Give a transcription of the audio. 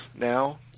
now